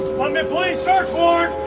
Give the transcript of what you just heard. police! search warrant!